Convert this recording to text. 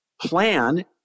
plan